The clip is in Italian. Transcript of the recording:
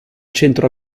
centro